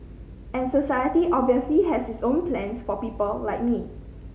and society obviously have its own plans for people like me